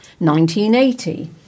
1980